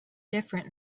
different